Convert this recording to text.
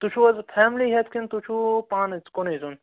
تُہۍ چھُو حظ فیملی ہیٚتھ کِنہٕ تُہۍ چھُو پانہٕ کُنٕے زوٚن